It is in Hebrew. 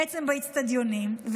בעצם באצטדיונים,